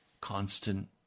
constant